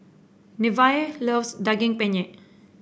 Nevaeh loves Daging Penyet